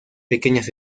pequeñas